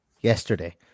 yesterday